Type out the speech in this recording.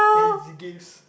then his gifts